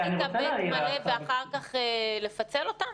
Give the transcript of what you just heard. עד כיתה ה' ואחר כך לפצל אותם?